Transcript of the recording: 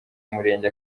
umurenge